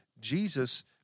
Jesus